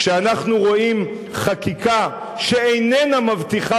כשאנחנו רואים חקיקה שאיננה מבטיחה